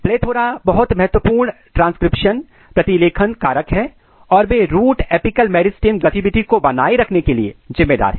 PLETHORA बहुत महत्वपूर्ण transcription प्रतिलेखन कारक हैं और वे रूट एपिकल मेरिस्टेम गतिविधि को बनाए रखने के लिए जिम्मेदार हैं